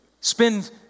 spend